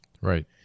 Right